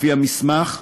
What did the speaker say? לפי המסמך,